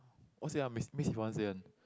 what is it ah Miss Miss Yvonne say one